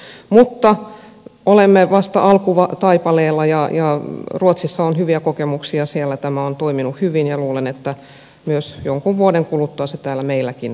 mutta olemme vasta alkutaipaleella ja ruotsissa on hyviä kokemuksia siellä tämä on toiminut hyvin ja luulen että jonkun vuoden kuluttua se täällä meilläkin toimii